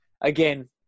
Again